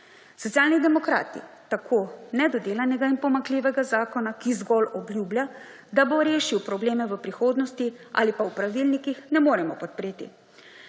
Socialni demokrati tako nedodelanega in pomanjkljivega zakona, ki zgolj obljublja, da bo rešil probleme v prihodnosti ali pa v pravilnikih, ne moremo podpreti.